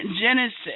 Genesis